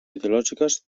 ideològiques